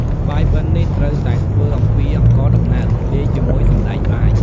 បាយបិណ្ឌនេះត្រូវតែធ្វើអំពីអង្ករដំណើប លាយជាមួយសណ្ដែកបាយ។